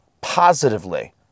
positively